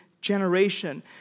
generation